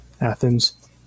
Athens